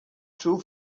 true